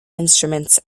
instruments